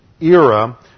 era